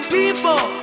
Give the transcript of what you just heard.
people